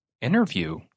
interview